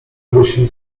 ogłosili